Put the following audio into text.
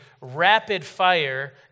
rapid-fire